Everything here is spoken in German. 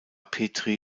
petri